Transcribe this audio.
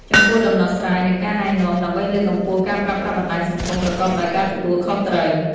ចំពោះដំណោះស្រាយ និងការណែនាំ ដើម្បីលើកកម្ពស់ការប្រើប្រាស់បណ្តាញសង្គមប្រកបដោយការទទួលខុសត្រូវ។